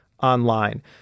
Online